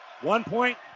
One-point